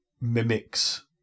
mimics